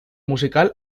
musical